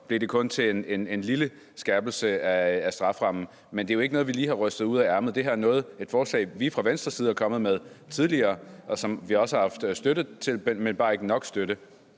blev det kun til en lille skærpelse af strafferammen. Det er jo ikke noget, vi lige har rystet ud af ærmet. Det her er et forslag, vi fra Venstres side er kommet med tidligere, og som vi også har haft støtte til, men bare ikke nok støtte.